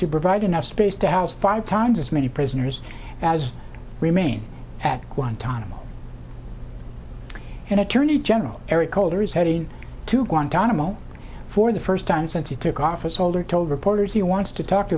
to provide enough space to house five times as many prisoners as remain at guantanamo and attorney general eric holder is heading to guantanamo for the first time since he took office holder told reporters he wants to talk to